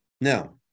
Now